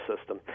system